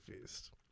feast